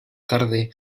tarde